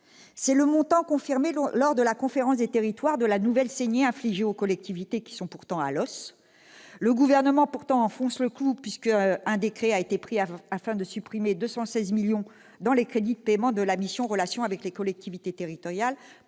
C'est le montant, confirmé lors de la Conférence nationale des territoires, de la nouvelle saignée infligée aux collectivités, qui sont pourtant à l'os. Le Gouvernement enfonce le clou, puisqu'un décret a été pris afin de supprimer 216 millions d'euros dans les crédits de paiement de la mission « Relations avec les collectivités territoriales